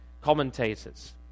commentators